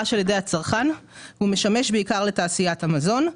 על ידי הצרכן אלא משמש בעיקר לתעשיית המזון.